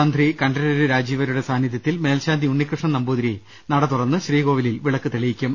തന്ത്രി കണ്ഠരര് രാജീവരരുടെ സാന്നിധ്യത്തിൽ മേൽശാന്തി ഉണ്ണികൃഷ്ണൻ നമ്പൂതിരി നട തുറന്ന് ശ്രീ കോവിലിൽ വിളക്ക് തെളിയിക്കും